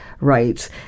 rights